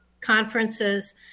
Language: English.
conferences